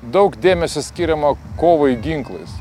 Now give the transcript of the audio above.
daug dėmesio skiriama kovai ginklais